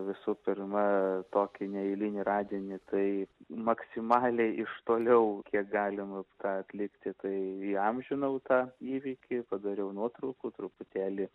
visų pirma tokį neeilinį radinį tai maksimaliai iš toliau kiek galima tą atlikti tai įamžinau tą įvykį padariau nuotraukų truputėlį